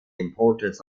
importance